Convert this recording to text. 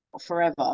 forever